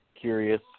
curious